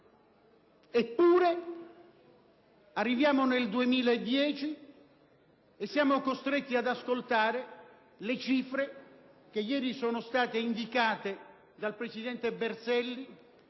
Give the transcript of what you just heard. Eppure, arriviamo nel 2010 e siamo costretti ad ascoltare le cifre che ieri sono state indicate dal presidente Berselli